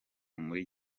muri